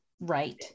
right